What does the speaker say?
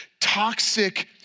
toxic